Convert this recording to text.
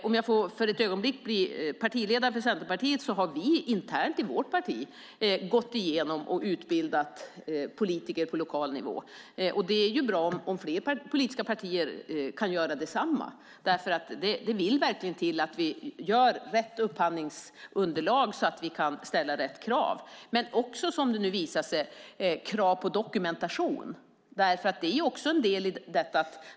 Om jag för ett ögonblick får bli partiledare för Centerpartiet kan jag säga att vi internt i vårt parti har gått igenom det här och utbildat politiker på lokal nivå. Det är bra om fler politiska partier kan göra detsamma för det vill verkligen till att vi gör rätt upphandlingsunderlag så att vi kan ställa rätt krav. Men det handlar också om, som det nu visar sig, krav på dokumentation. Det är nämligen också en del i detta.